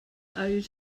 owed